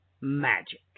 magic